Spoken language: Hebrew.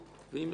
ואם ירצו,